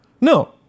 no